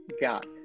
got